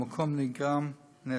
למקום נגרם נזק.